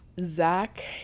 zach